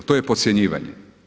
To je podcjenjivanje.